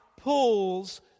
pulls